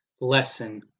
lesson